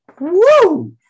Woo